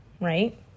right